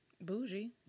bougie